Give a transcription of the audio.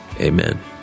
Amen